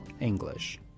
English